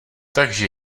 takže